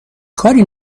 کاری